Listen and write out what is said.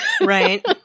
Right